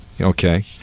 Okay